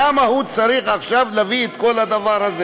למה הוא צריך עכשיו להביא את כל הדבר הזה?